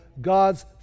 God's